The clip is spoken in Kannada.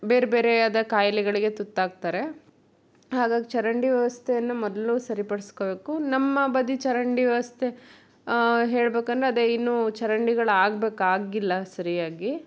ಬೇರೆ ಬೇರೆಯಾದ ಕಾಯಿಲೆಗಳಿಗೆ ತುತ್ತಾಗ್ತಾರೆ ಹಾಗಾಗಿ ಚರಂಡಿ ವ್ಯವಸ್ಥೆಯನ್ನು ಮೊದಲು ಸರಿಪಡಿಸ್ಕೊಳ್ಬೇಕು ನಮ್ಮ ಬದಿ ಚರಂಡಿ ವ್ಯವಸ್ಥೆ ಹೇಳಬೇಕಂದ್ರೆ ಅದೆ ಇನ್ನೂ ಚರಂಡಿಗಳು ಆಗ್ಬೇಕು ಆಗಿಲ್ಲ ಸರಿಯಾಗಿ